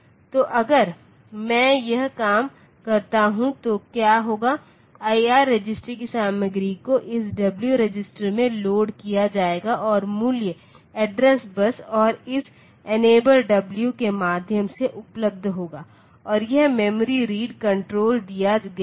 तो अगर मैं यह काम करता हूं तो क्या होगा आईआर रजिस्टर की सामग्री को इस डब्ल्यू रजिस्टर में लोड किया जाएगा और मूल्य एड्रेस बस और इस इनेबल डब्ल्यू के माध्यम से उपलब्ध होगा और यह मेमोरी रीड कंट्रोल दिया गया है